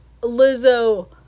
Lizzo